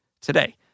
Today